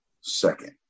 second